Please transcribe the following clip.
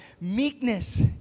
meekness